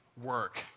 Work